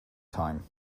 time